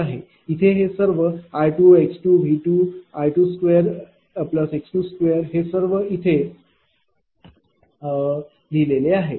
इथे हे सर्व r x v r22x2 हे सर्व इथे लिहिलेले आहे